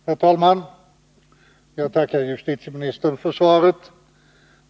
Herr talman! Jag tackar justitieministern för svaret.